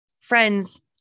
friends